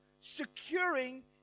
Securing